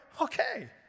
Okay